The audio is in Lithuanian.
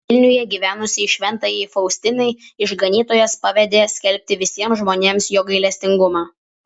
vilniuje gyvenusiai šventajai faustinai išganytojas pavedė skelbti visiems žmonėms jo gailestingumą